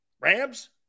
Rams